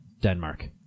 Denmark